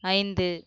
ஐந்து